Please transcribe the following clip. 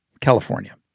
California